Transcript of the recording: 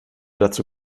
dazu